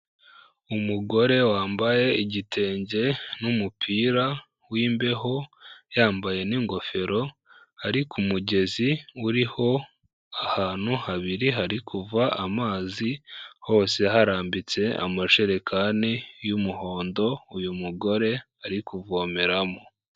Umugore wambaye igitenge n'umupira w'imbeho, yambaye n'ingofero, ari ku mugezi uriho ahantu habiri hari kuva amazi, hose harambitse amajerekani y'umuhondo, uyu mugore ari kuvomeramo.